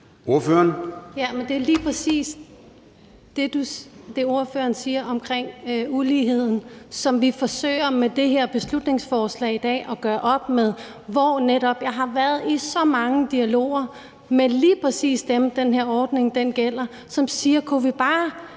Det er lige præcis det, ordføreren siger om uligheden, som vi forsøger med det her beslutningsforslag i dag at gøre op med. Jeg har været i så mange dialoger med lige præcis dem, den her ordning gælder, og de siger, at hvis man bare